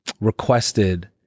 requested